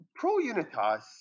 ProUnitas